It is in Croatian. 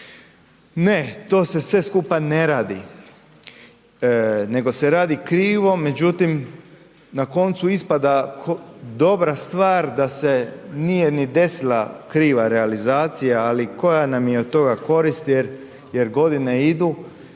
Ne, to se sve skupa ne radi nego se radi krivo. Međutim, na koncu ispada dobra stvar da se nije ni desila kriva realizacija, ali koja nam je od toga korist jer godine idu,